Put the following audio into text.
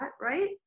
right